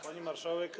Pani Marszałek!